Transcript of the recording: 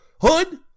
Hood